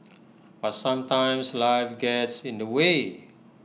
but sometimes life gets in the way